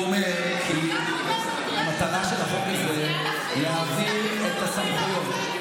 הוא אומר כי המטרה של החוק הזה היא להעביר את הסמכויות.